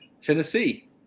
Tennessee